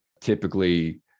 typically